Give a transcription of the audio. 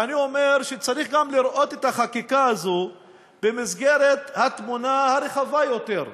ואני אומר שצריך גם לראות את החקיקה הזאת במסגרת התמונה הרחבה יותר,